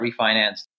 refinanced